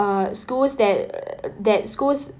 uh schools that that schools